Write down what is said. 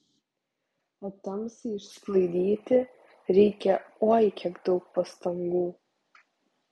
o tamsai išsklaidyti reikia oi kiek daug pastangų